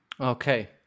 Okay